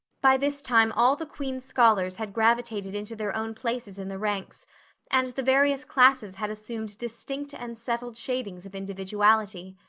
by this time all the queen's scholars had gravitated into their own places in the ranks and the various classes had assumed distinct and settled shadings of individuality.